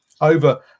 over